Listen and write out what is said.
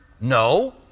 No